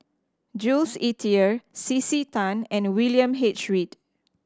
Jules Itier C C Tan and William H Read